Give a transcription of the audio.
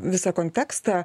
visą kontekstą